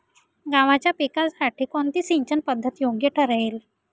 गव्हाच्या पिकासाठी कोणती सिंचन पद्धत योग्य ठरेल?